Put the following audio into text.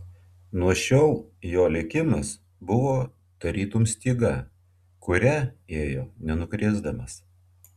nuo šiol jo likimas buvo tarytum styga kuria ėjo nenukrisdamas